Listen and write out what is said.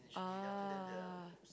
ah